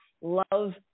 love